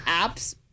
apps